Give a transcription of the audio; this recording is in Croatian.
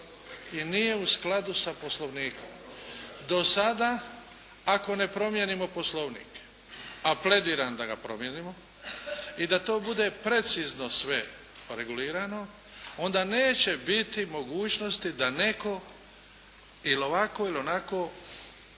I nije u skladu sa Poslovnikom. Dosada ako ne promijenimo Poslovnik a plediram da ga promijenimo i da to bude precizno sve regulirano, onda neće biti mogućnosti da netko ili ovako ili onako